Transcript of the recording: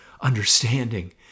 understanding